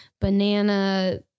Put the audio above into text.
banana